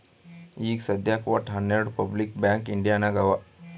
ಈಗ ಸದ್ಯಾಕ್ ವಟ್ಟ ಹನೆರ್ಡು ಪಬ್ಲಿಕ್ ಬ್ಯಾಂಕ್ ಇಂಡಿಯಾ ನಾಗ್ ಅವಾ